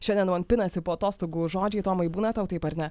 šiandien man pinasi po atostogų žodžiai tomai būna tau taip ar ne